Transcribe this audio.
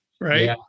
Right